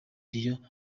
dion